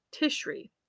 Tishri